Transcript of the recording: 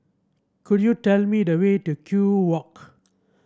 could you tell me the way to Kew Walk